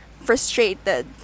Frustrated